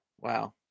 Wow